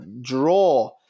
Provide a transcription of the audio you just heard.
draw